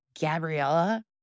Gabriella